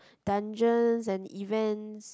dungeons and events